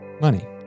money